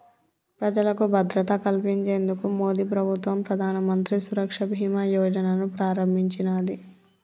ప్రజలకు భద్రత కల్పించేందుకు మోదీప్రభుత్వం ప్రధానమంత్రి సురక్ష బీమా యోజనను ప్రారంభించినాది